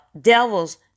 devils